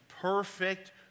Perfect